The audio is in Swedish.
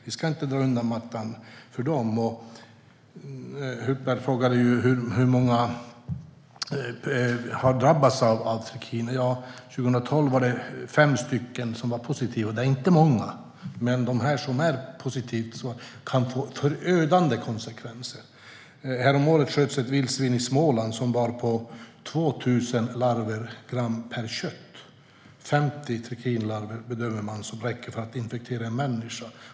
Vi ska inte dra undan mattan för dem. Hultberg frågade hur många som har drabbats av trikiner. År 2012 var det fem stycken som testades positivt. Det är inte många, men det kan få förödande konsekvenser. Häromåret sköts ett vildsvin i Småland som bar på 2 000 larver per gram kött. Man bedömer att 50 trikinlarver räcker för att infektera en människa.